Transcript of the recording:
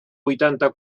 vuitanta